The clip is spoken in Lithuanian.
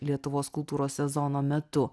lietuvos kultūros sezono metu